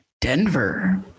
Denver